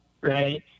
right